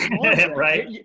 right